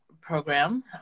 program